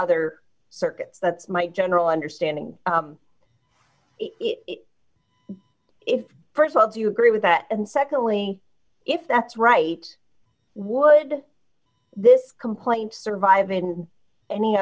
other circuits that's my general understanding if st of do you agree with that and secondly if that's right would this complaint survive in any